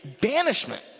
banishment